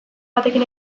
batekin